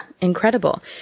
Incredible